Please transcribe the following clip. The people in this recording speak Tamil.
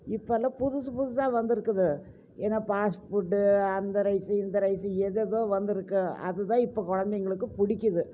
இப்பெல்லாம் புதுசு புதுசாக வந்திருக்குது இந்த பாஸ்ட் ஃபுட்டு அந்த ரைஸு இந்த ரைஸு ஏதேதோ வந்திருக்கு அது தான் இப்போ குழந்தைங்களுக்கு பிடிக்கிது